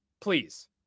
please